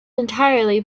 entirely